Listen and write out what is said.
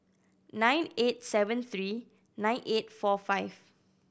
nine eight seven three nine eight four five